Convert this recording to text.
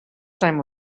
time